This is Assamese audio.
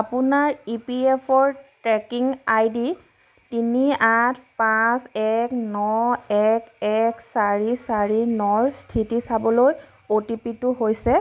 আপোনাৰ ই পি এফ অ'ৰ ট্ৰেকিং আইডি তিনি আঠ পাঁচ এক ন এক এক চাৰি চাৰি নৰ স্থিতি চাবলৈ অ' টি পি টো হৈছে